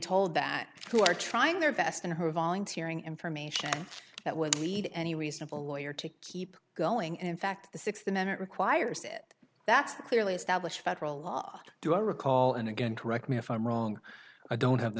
told that who are trying their best and who are volunteering information that would lead any reasonable lawyer to keep going and in fact the sixth amendment requires it that's clearly established federal law do i recall and again correct me if i'm wrong i don't have the